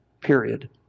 period